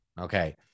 Okay